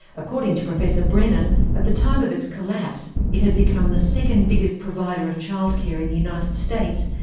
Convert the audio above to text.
according to professor brennan, at the time of its collapse, it had become the second biggest provider of childcare in the united states,